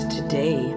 today